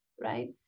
right